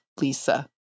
Lisa